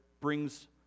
brings